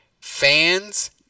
Fans